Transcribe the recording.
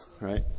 right